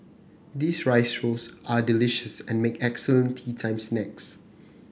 these rice rolls are delicious and make excellent teatime snacks